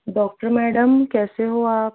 doctor madam कैसे हो आप